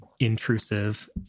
intrusive